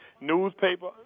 newspaper